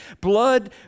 Blood